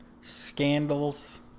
scandals